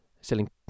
Selling